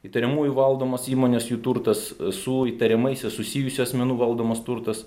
įtariamųjų valdomos įmonės jų turtas su įtariamaisiais susijusių asmenų valdomas turtas